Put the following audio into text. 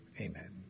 Amen